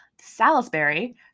Salisbury